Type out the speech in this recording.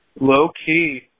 Low-key